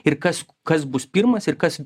ir kas kas bus pirmas ir kas